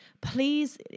Please